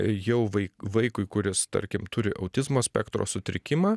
jau vai vaikui kuris tarkim turi autizmo spektro sutrikimą